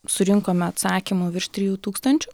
surinkome atsakymų virš trijų tūkstančių